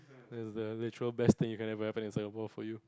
that's the literal best thing you can ever happen in Singapore for you